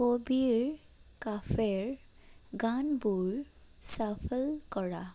কবিৰ কাফে'ৰ গানবোৰ শ্বাফল কৰা